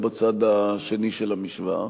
לא בצד השני של המשוואה.